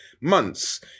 months